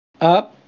up